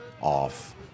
off